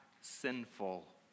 sinful